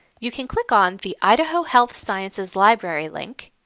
you can click on the idaho health sciences library link.